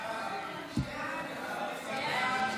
ההצעה להעביר